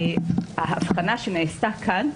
ההבחנה שנעשתה כאן,